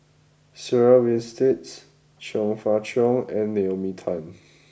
Sarah Winstedt Chong Fah Cheong and Naomi Tan